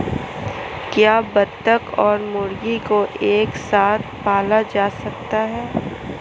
क्या बत्तख और मुर्गी को एक साथ पाला जा सकता है?